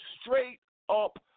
straight-up